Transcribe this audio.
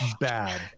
bad